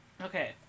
Okay